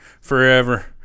forever